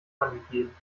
angegeben